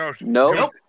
No